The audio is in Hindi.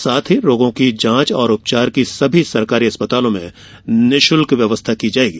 साथ ही रोगों की जांच और उपचार सभी सरकारी अस्प्तालों में निशुल्क व्यवस्था की जायेगी